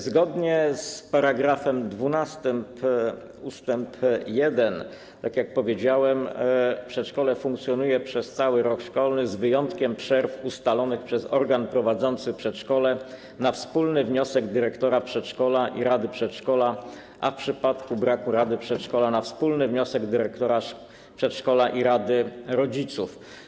Zgodnie z §12 ust. 1, tak jak powiedziałem, przedszkole funkcjonuje przez cały rok szkolny z wyjątkiem przerw ustalonych przez organ prowadzący przedszkole na wspólny wniosek dyrektora przedszkola i rady przedszkola, a w przypadku braku rady przedszkola na wspólny wniosek dyrektora przedszkola i rady rodziców.